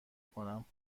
کنم